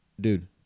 dude